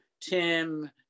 Tim